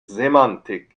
semantik